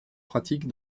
pratiques